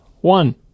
One